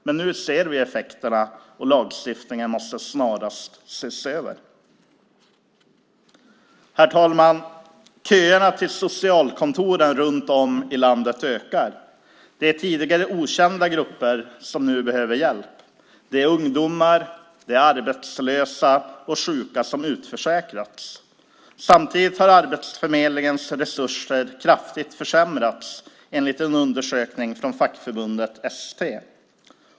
Men nu ser vi effekterna, och lagstiftningen måste snarast ses över. Herr talman! Köerna till socialkontoren runt om i landet växer. Det är tidigare okända grupper som behöver hjälp. Det är ungdomar, det är arbetslösa och det är sjuka som utförsäkrats. Samtidigt har Arbetsförmedlingens resurser kraftigt försämrats enligt en undersökning från fackförbundet ST.